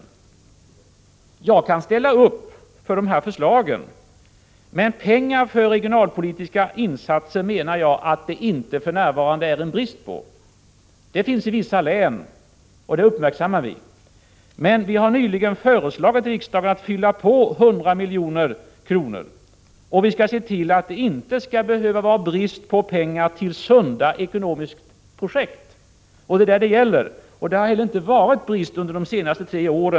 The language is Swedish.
Jag kan ställa upp för dessa förslag, men pengar till regionalpolitiska insatser är det för närvarande ingen brist på. Det är brist i vissa län, och det uppmärksammar vi, men vi har nyligen föreslagit riksdagen att fylla på med 100 milj.kr. Vi skall se till att det inte behöver vara brist på pengar till ekonomiskt sunda projekt. Det är vad som gäller.